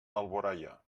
alboraia